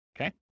okay